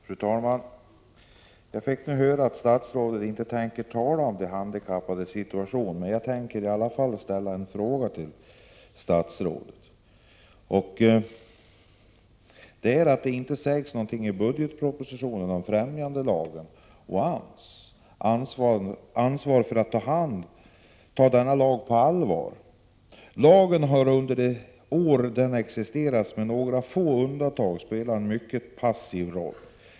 Fru talman! Jag fick nu höra att statsrådet inte tänker tala om de handikappades situation. Men jag ämnar i alla fall göra ett påpekande för statsrådet. Det sägs i budgetpropositionen ingenting om främjandelagen och AMS ansvar när det gäller att ta denna lag på allvar. Lagen har under de år som den existerat, med undantag för några få fall, varit av mycket passiv natur.